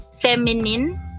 feminine